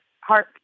heart